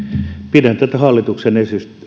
pidän hallituksen